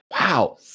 Wow